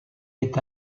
est